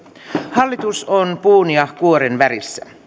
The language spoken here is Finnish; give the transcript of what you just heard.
hallitus on puun ja kuoren välissä